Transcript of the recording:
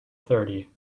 thirty